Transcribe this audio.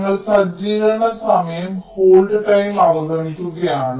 ഞങ്ങൾ സജ്ജീകരണ സമയം ഹോൾഡ് ടൈം അവഗണിക്കുകയാണ്